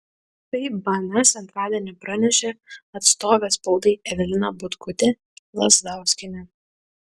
tai bns antradienį pranešė atstovė spaudai evelina butkutė lazdauskienė